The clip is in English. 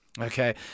Okay